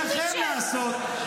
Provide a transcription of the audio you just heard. תן לו --- זה התפקיד שלכם לעשות.